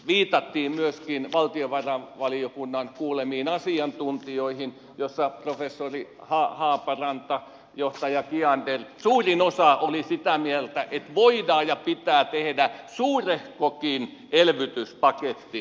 viitattiin myöskin valtiovarainvaliokunnan kuulemiin asiantuntijoihin joista professori haaparanta johtaja kiander ja suurin osa olivat sitä mieltä että voidaan ja pitää tehdä suurehkokin elvytyspaketti